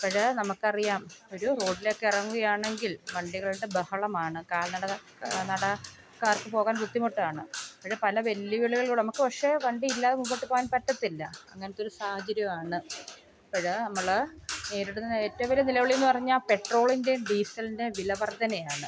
അപ്പോൾ നമുക്ക് അറിയാം ഒരു റോഡിലൊക്കെ ഇറങ്ങുകയാണെങ്കിൽ വണ്ടികളുടെ ബഹളമാണ് കാൽനട നട ക്കാർക്ക് പോകാൻ ബുദ്ധിമുട്ടാണ് പക്ഷേ പല വെല്ലുവിളികൾ നമുക്ക് പക്ഷേ വണ്ടിയില്ലാതെ മുമ്പോട്ട് പോകാൻ പറ്റത്തില്ല അങ്ങനത്തൊരു സാഹചര്യമാണ് ഇപ്പോൾ നമ്മൾ നേരിടുന്ന ഏറ്റവും വലിയ വെല്ലുവിളിയെന്ന് പറഞ്ഞാൽ പെട്രോളിൻറ്റെയും ഡീസലിൻറ്റെയും വിലവർധനയാണ്